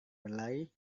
berlari